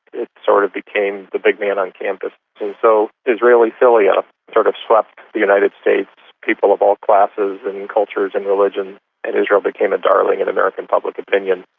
it sort of became the big man on campus. and so israeli-philia sort of swept the united states people of all classes and cultures and religions and israel became a darling in american public opinion.